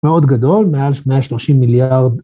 ‫מאוד גדול, מעל 130 מיליארד.